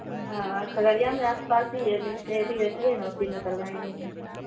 ہاں کھگڑیا میں آس پاس ہی ہے میری سہیلی رہتی ہے نا اسی میں کروائیں گے ایڈمیشن